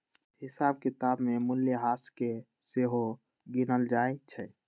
हिसाब किताब में मूल्यह्रास के सेहो गिनल जाइ छइ